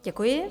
Děkuji.